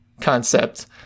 concept